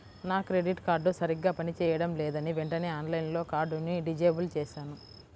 నా credit card సరిగ్గా పని చేయడం లేదని వెంటనే ఆన్లైన్లో కార్డుని డిజేబుల్ చేశాను